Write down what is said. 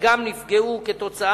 שגם הם נפגעו מההתנתקות.